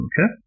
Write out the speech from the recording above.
Okay